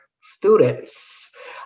students